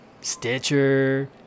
Stitcher